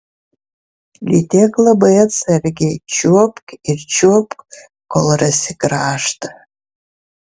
lytėk labai atsargiai čiuopk ir čiuopk kol rasi kraštą